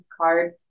card